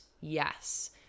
yes